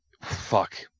Fuck